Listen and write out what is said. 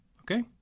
Okay